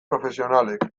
profesionalek